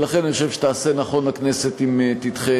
ולכן אני חושב שתעשה נכון הכנסת אם תדחה